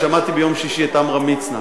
שמעתי ביום שישי את עמרם מצנע,